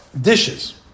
dishes